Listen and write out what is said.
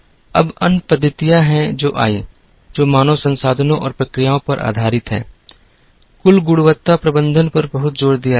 अब अन्य पद्धतियां हैं जो आईं जो मानव संसाधनों और प्रक्रियाओं पर आधारित हैं कुल गुणवत्ता प्रबंधन पर बहुत जोर दिया गया है